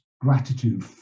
gratitude